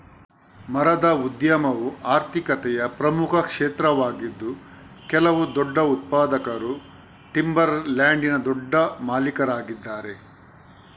ಮರದ ಉದ್ಯಮವು ಆರ್ಥಿಕತೆಯ ಪ್ರಮುಖ ಕ್ಷೇತ್ರವಾಗಿದ್ದು ಕೆಲವು ದೊಡ್ಡ ಉತ್ಪಾದಕರು ಟಿಂಬರ್ ಲ್ಯಾಂಡಿನ ದೊಡ್ಡ ಮಾಲೀಕರಾಗಿದ್ದಾರೆ